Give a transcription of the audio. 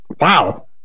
wow